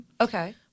Okay